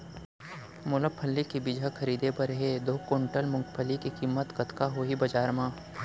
मोला फल्ली के बीजहा खरीदे बर हे दो कुंटल मूंगफली के किम्मत कतका होही बजार म?